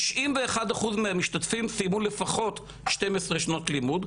תשעים אחוז מהמשתתפים סיימו לפחות שתיים עשרה שנות לימוד,